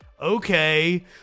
okay